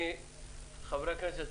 חברי הכנסת,